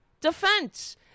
defense